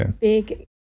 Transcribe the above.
big